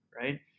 right